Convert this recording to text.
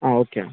okay అండి